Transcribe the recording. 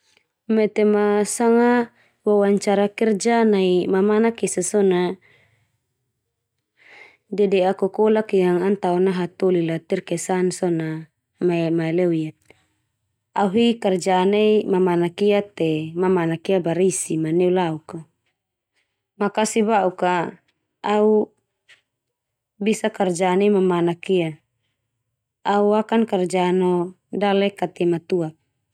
Metema sanga wawancara kerja nai mamanak esa so na dede'a kokolak yang an tao na hatoli la terkesan so na ma mae leo ia, au hi kerja nai mamanak ia te mamanak ia barisi ma neulak a, makasi ba'uk ka au bisa karja nai mamanak ia, au akan karja no dale katema tuak.